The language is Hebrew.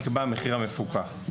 נקבע המחיר המפוקח.